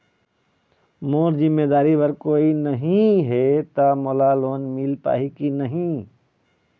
मोर जिम्मेदारी बर कोई नहीं हे त मोला लोन मिलही की नहीं?